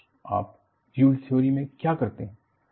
आप yield theory में क्या करते हैं